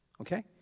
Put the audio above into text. Okay